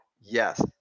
Yes